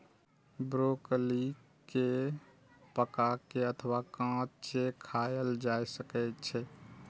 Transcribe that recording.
broccoli कें पका के अथवा कांचे खाएल जा सकै छै